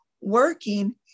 working